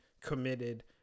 committed